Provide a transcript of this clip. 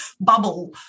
bubble